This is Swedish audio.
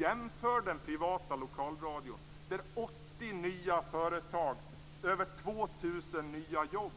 Jämför den privata lokalradion, där 80 nya företag och över 2 000 nya jobb